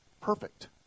perfect